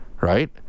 Right